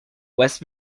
west